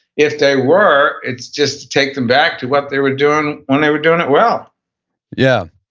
if they were, it's just to take them back to what they were doing when they were doing it well yeah.